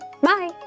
Bye